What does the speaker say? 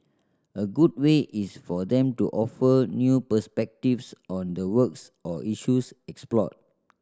a good way is for them to offer new perspectives on the works or issues explored